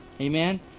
amen